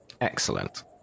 excellent